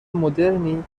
مدرنی